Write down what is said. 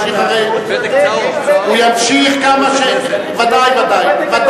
הפתק, אני שואל אותה, למה היא לא אומרת, ודאי,